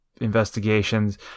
investigations